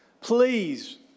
Please